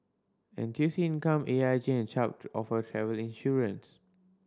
N T U C Income A I G and Chubb offer travel insurance